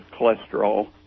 cholesterol